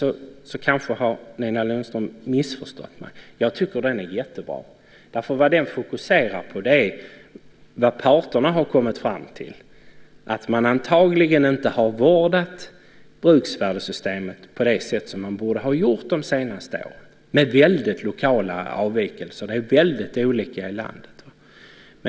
Nina Lundström har kanske missförstått mig. Jag tycker att den är jättebra. Vad den fokuserar på är vad parterna har kommit fram till, att man under de senaste åren antagligen inte har vårdat bruksvärdessystemet på det sätt som man borde ha gjort. Det finns många lokala avvikelser, och det ser väldigt olika ut i landet.